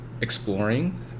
exploring